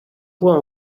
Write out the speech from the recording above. voit